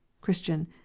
christian